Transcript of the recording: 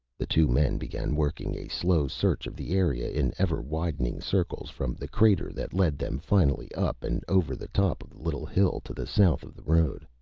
the two men began working a slow search of the area in ever-widening circles from the crater that led them finally up and over the top of the little hill to the south of the road.